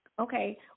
okay